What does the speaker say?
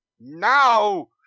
Now